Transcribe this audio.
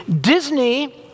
Disney